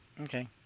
Okay